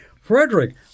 Frederick